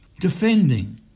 Defending